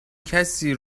کسی